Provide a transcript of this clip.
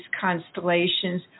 constellations